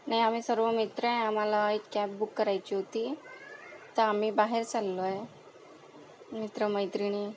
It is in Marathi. नाही आम्ही सर्व मित्र आहे आम्हाला एक कॅब बुक करायची होती तर आम्ही बाहेर चाललो आहे मित्र मैत्रिणी